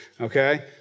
Okay